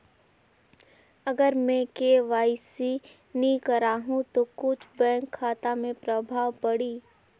अगर मे के.वाई.सी नी कराहू तो कुछ बैंक खाता मे प्रभाव पढ़ी?